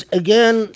again